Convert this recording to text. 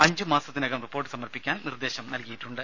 അഞ്ചു മാസത്തിനകം റിപ്പോർട്ട് സമർപ്പിക്കാൻ നിർദേശം നൽകിയിട്ടുണ്ട്